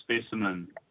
specimen